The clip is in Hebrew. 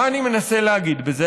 מה אני מנסה להגיד בזה?